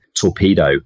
torpedo